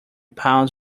pounds